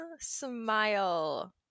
smile